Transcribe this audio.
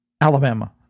Alabama